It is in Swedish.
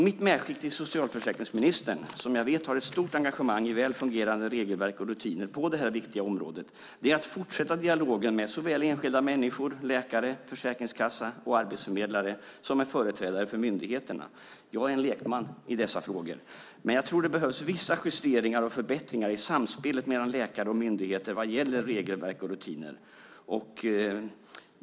Mitt råd till socialförsäkringsministern, som jag vet har ett stort engagemang för väl fungerande regelverk och rutiner på det här viktiga området, är att fortsätta dialogen såväl med enskilda människor, läkare, Försäkringskassan och arbetsförmedlare som med företrädare för myndigheterna. Jag är lekman i dessa frågor. Men jag tror att det behövs vissa justeringar och förbättringar i samspelet mellan läkare och myndigheter vad gäller regelverk och rutiner.